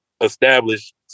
establish